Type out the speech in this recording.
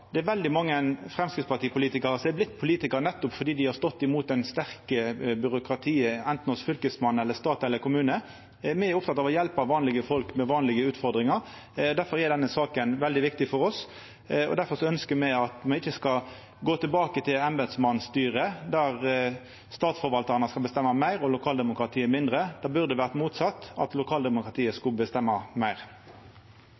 Det er veldig mange Framstegsparti-politikarar som har vorte politikarar nettopp fordi dei har stått imot det sterke byråkratiet anten hos Fylkesmannen eller stat eller kommune. Me er opptekne av å hjelpa vanlege folk med vanlege utfordringar. Difor er denne saka veldig viktig for oss, og difor ønskjer me at me ikkje skal gå tilbake til embetsmannsstyret, der statsforvaltarane skal bestemma meir og lokaldemokratiet mindre. Det burde vore motsett, at lokaldemokratiet